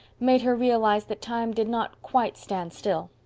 made her realize that time did not quite stand still,